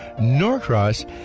Norcross